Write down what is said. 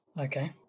Okay